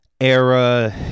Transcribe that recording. era